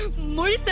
my